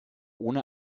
ohne